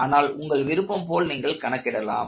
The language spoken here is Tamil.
ஆனால் உங்கள் விருப்பம் போல் நீங்கள் கணக்கிடலாம்